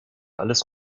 alles